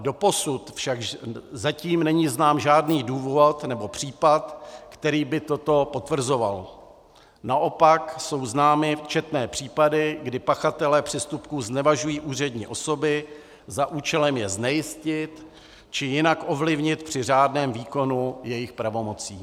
Doposud však zatím není znám žádný důvod nebo případ, který by toto potvrzoval, naopak jsou známy četné případy, kdy pachatelé přestupků znevažují úřední osoby za účelem je znejistit či jinak ovlivnit při řádném výkonu jejich pravomocí.